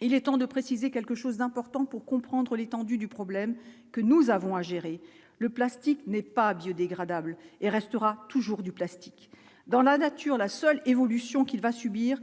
Il est temps de préciser quelque chose d'important pour comprendre l'étendue du problème que nous avons à gérer le plastique n'est pas biodégradable et restera toujours du plastique dans la nature, la seule évolution qu'il va subir,